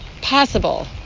possible